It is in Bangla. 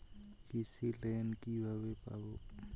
কৃষি লোন কিভাবে পাব?